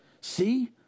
See